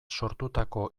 sortutako